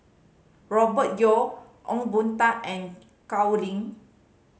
Robert Yeo Ong Boon Tat and Gao Ning